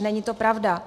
Není to pravda.